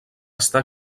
està